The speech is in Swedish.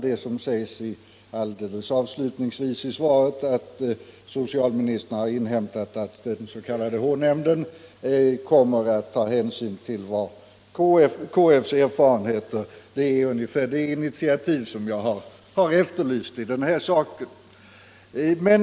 Det som sägs alldeles avslutningsvis i svaret — att socialministern har inhämtat att den s.k. H-nämnden kommer att ta hänsyn till KF:s erfarenheter — får jag väl uppfatta som ungefär det initiativ jag har efterlyst i den här saken.